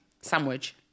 sandwich